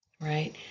Right